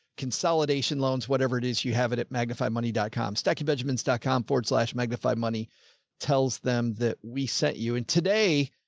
consolidation, loans, whatever it is, you have it at magnifymoney dot com stacie benjamin's dot com forward slash magnified money tells them that we sent you in today.